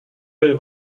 will